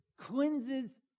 cleanses